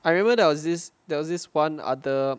I remember there was this there was this one other